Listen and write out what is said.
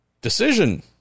decision